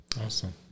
awesome